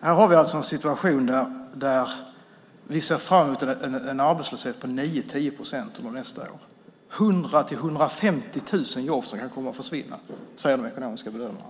Vi har alltså en situation där vi ser fram emot en arbetslöshet på 9-10 procent under nästa år. Det kan försvinna 100 000-150 000 jobb, säger de ekonomiska bedömarna.